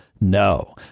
No